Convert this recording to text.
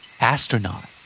Astronaut